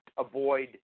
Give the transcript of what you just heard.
avoid